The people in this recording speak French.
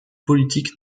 politique